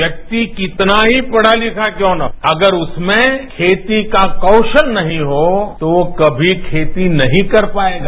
व्यक्ति कितना ही पढ़ा लिखा क्यों न हो अगर उसमें खेती को कौशल नहीं हो तो वो कभी खेती नहीं कर पाएगा